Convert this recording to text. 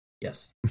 yes